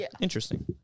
interesting